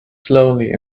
slowly